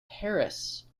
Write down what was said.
harris